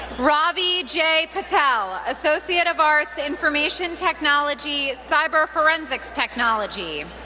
ravi j. patel, associate of arts, information technology, cyber forensics technology.